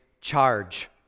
charge